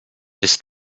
bis